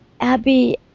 Abby